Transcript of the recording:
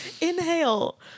inhale